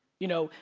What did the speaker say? you know,